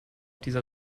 dieser